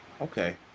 okay